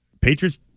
Patriots